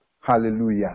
Hallelujah